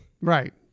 right